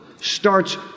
starts